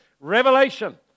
Revelation